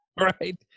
right